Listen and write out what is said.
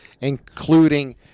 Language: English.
Including